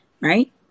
right